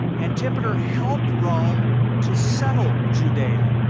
antipater helped rome to settle judea.